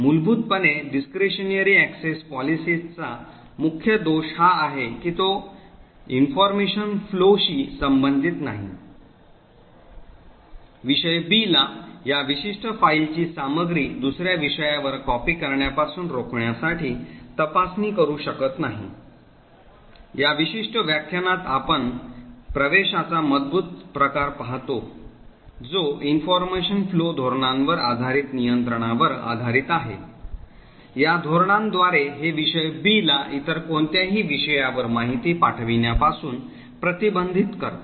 मूलभूत पणे discretionary access policies चा मुख्य दोष हा आहे की तो माहितीच्या प्रवाहाशी संबंधित नाही विषय B ला या विशिष्ट फाईलची सामग्री दुसर्या विषयावर कॉपी करण्यापासून रोखण्यासाठी तपासणी करू शकत नाही या विशिष्ट व्याख्यानात आपण प्रवेशाचा मजबूत प्रकार पाहतो जो information flow धोरणांवर आधारीत नियंत्रणावर आधारित आहे या धोरणांद्वारे हे विषय B ला इतर कोणत्याही विषयावर माहिती पाठविण्यापासून प्रतिबंधित करते